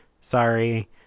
sorry